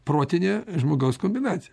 protinė žmogaus kombinacija